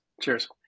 Cheers